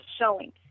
showing